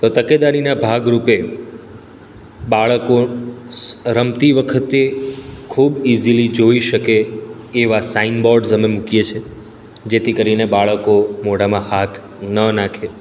તો તકેદારીના ભાગરૂપે બાળકો રમતી વખતે ખૂબ ઈઝીલી જોઈ શકે એવા સાઇન બોર્ડ્સ અમે મુકીએ છીએ જેથી કરીને બાળકો મોઢામાં હાથ ન નાખે